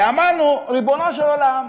ואמרנו: ריבונו של עולם,